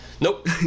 Nope